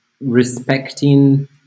respecting